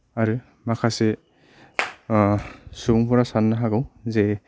आरो माखासे सुबुंफोरा सान्नो हागौ जे